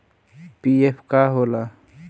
PF का होला?